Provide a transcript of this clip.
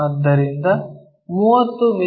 ಆದ್ದರಿಂದ 30 ಮಿ